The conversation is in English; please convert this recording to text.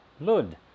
Lud